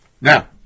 Now